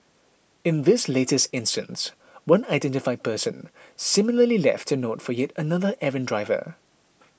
in this latest instance one unidentified person similarly left a note for yet another errant driver